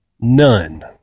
None